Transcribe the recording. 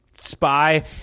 spy